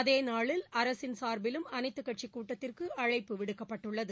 அதேநாளில் அரசின் சாா்பிலும் அனைத்துக் கட்சிக் கூட்டத்திற்கு அழைப்பு விடுக்கப்பட்டுள்ளது